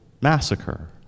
Massacre